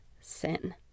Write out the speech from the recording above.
sin